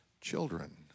children